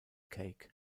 cake